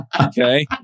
Okay